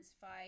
fight